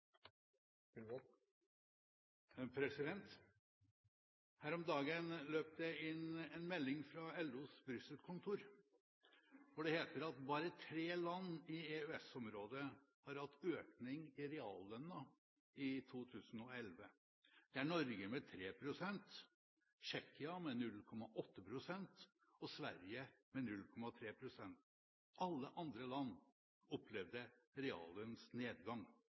innlegg. Her om dagen løp det inn en melding fra LOs Brussel-kontor, hvor det heter at bare tre land i EØS-området har hatt økning i reallønnen i 2011. Det er Norge med 3 pst., Tsjekkia med 0,8 pst. og Sverige med 0,3 pst. Alle andre land opplevde